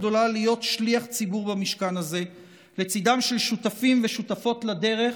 הגדולה להיות שליח ציבור במשכן הזה לצידם של שותפים ושותפות לדרך,